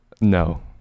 No